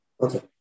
okay